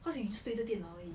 cause you just 对着电脑而已